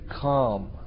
calm